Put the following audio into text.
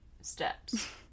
steps